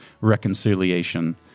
reconciliation